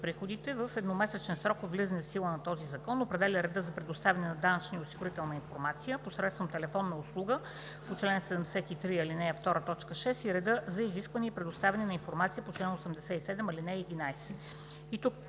приходите в едномесечен срок от влизане в сила на този Закон, определя реда за предоставяне на данъчна и осигурителна информация, посредством телефонна услуга по чл. 73, ал. 2, т. 6 и реда за изискване и предоставяне на информация по чл. 87, ал. 11.“